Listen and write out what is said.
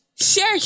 Share